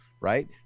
right